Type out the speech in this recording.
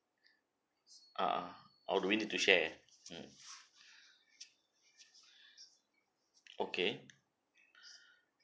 ah ah oh do we need to share mm okay